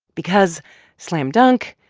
because slam dunk,